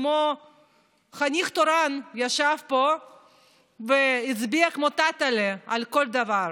כמו חניך תורן ישב פה והצביע כמו טטלה על כל דבר,